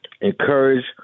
encourage